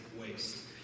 waste